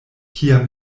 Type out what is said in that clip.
kia